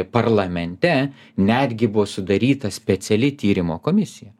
parlamente netgi buvo sudaryta speciali tyrimo komisija